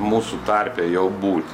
mūsų tarpe jau būti